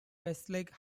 westlake